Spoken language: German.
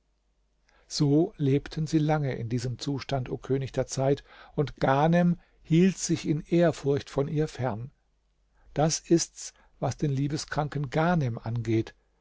so lebten sie lange in diesem zustand o könig der zeit und ghanem hielt sich in ehrfurcht von ihr fern das ist's was den liebeskranken ghanem angeht